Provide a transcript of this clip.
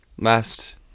last